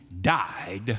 died